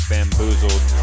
Bamboozled